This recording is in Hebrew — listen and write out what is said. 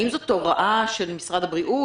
האם זו הוראה של משרד הבריאות?